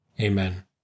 Amen